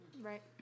right